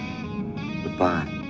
Goodbye